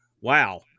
Wow